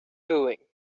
doing